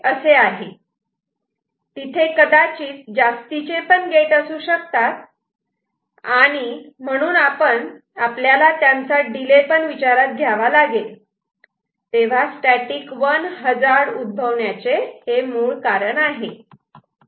तिथे कदाचित जास्तीचे पण गेटअसू शकतात आणि म्हणून आपल्याला त्यांचा डिले पण विचारात घ्यावा लागेल तेव्हा स्टॅटिक 1 हजार्ड उद्भवण्याचे हे मूळ आहे